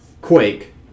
Quake